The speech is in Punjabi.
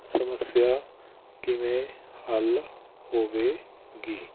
ਸਮੱਸਿਆ ਕਿਵੇਂ ਹੱਲ ਹੋਵੇਗੀ